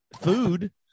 Food